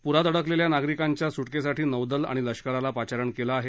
पुरात अडकलेल्या नागरिकांच्या सुटकेसाठी नौदल आणि लष्कराला पाचारण केलं आहे